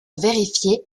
vérifier